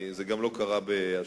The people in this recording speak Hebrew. זה גם לא קרה באשמתו,